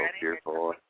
fearful